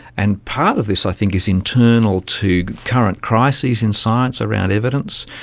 and part of this i think is internal to current crises in science around evidence,